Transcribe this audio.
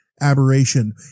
aberration